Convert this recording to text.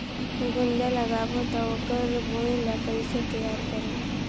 गुनजा लगाबो ता ओकर भुईं ला कइसे तियार करबो?